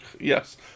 Yes